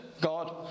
God